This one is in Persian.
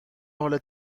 حال